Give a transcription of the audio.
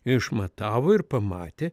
išmatavo ir pamatė